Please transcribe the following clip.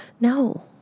No